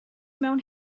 mewn